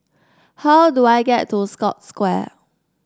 how do I get to Scotts Square